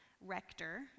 rector